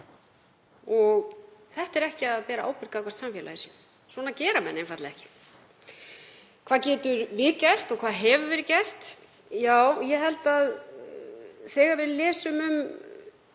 og þetta er ekki að bera ábyrgð gagnvart samfélaginu. Svona gera menn einfaldlega ekki. Hvað getum við gert og hvað hefur verið gert? Ég held að þegar við lesum um